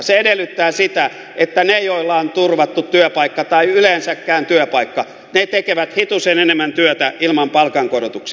se edellyttää sitä että ne joilla on turvattu työpaikka tai yleensäkään työpaikka tekevät hitusen enemmän työtä ilman palkankorotuksia